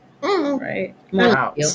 right